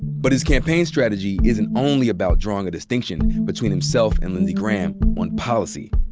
but his campaign strategy isn't only about drawing a distinction between himself and lindsey graham on policy.